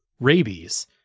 rabies